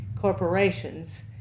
corporations